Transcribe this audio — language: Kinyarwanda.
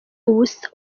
ubusa